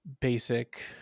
basic